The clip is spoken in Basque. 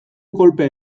kolpe